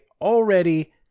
already